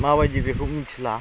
माबायदि बेखौ मिथिला